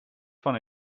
van